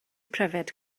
pryfed